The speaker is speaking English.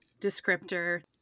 descriptor